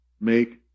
make